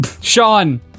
Sean